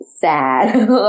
sad